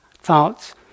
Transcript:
thoughts